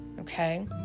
Okay